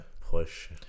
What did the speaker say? push